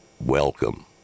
Welcome